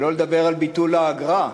שלא לדבר על ביטול האגרה.